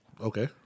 Okay